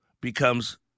becomes